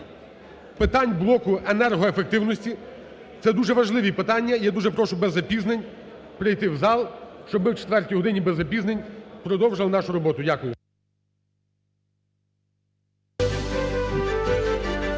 питань блоку енергоефективності. Це дуже важливі питання. Я дуже прошу без запізнень прийти в зал, щоб ми в четвертій годині, без запізнень, продовжили нашу роботу. Дякую.